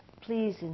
please